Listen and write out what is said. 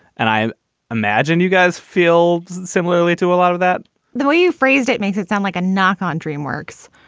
and i imagine you guys feel similarly to a lot of that the way you phrased it makes it sound like a knock on dreamworks,